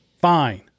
Fine